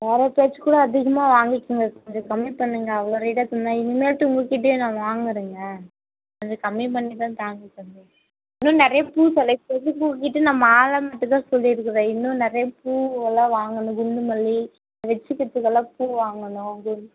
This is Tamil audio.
வேறு யார்கிட்டாச்சிக்கூட அதிகமாக வாங்கிக்கங்க கொஞ்சம் கம்மி பண்ணுங்க அவ்வளோ ரேட்டாக சொன்னால் இனிமேட்டு உங்கள் கிட்டேயே நான் வாங்குகிறேங்க கொஞ்சம் கம்மி பண்ணிதான் தாங்க கொஞ்சம் இன்னும் நிறைய பூ செலக்சன் இப்போதிக்கி உங்கள் கிட்டே நான் மாலை மட்டும் தான் சொல்லியிருக்குறேன் இன்னும் நிறைய பூ எல்லாம் வாங்கணும் குண்டு மல்லிகை வெச்சுக்கிறதுக்கெல்லாம் பூ வாங்கணும் கொ